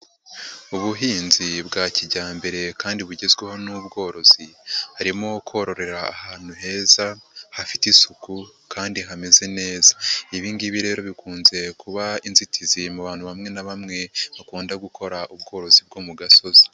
Ubuhinzi bwa kijyambere kandi bugezweho n'ubworozi, harimo kororera ahantu heza, hafite isuku kandi hameze neza, ibi ngibi rero bikunze kuba inzitizi mu bantu bamwe na bamwe bakunda gukora ubworozi bwo mu gasozi.